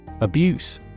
Abuse